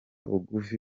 bugufi